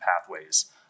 pathways